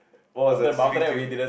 what was a stupid